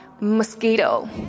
mosquito